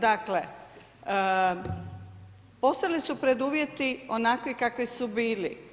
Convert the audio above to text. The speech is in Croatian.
Dakle, postali su preduvjeti, onakvi kakvi su bili.